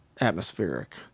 atmospheric